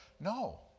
No